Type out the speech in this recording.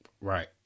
Right